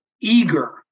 eager